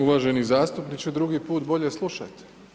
Uvaženi zastupniče, drugi put bolje slušajte.